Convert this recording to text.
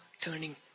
turning